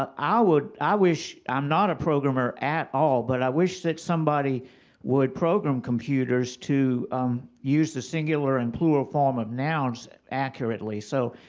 ah i would, i wish, i'm not a programmer at all. but, i wish that somebody would program computers to use the singular and plural form of nouns accurately. so,